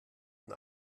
und